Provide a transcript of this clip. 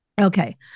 Okay